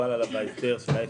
שמקובל עליו ההסדר של 0 7 אדום.